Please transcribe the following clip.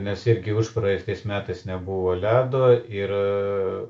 nes irgi užpraeitais metais nebuvo ledo ir